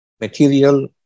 material